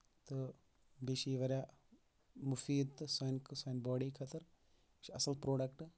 تہٕ بیٚیہِ چھِ یہِ واریاہ مُفیٖد تہٕ سانہِ سانہِ باڈی خٲطرٕ یہِ چھُ اَصٕل پروڈکٹ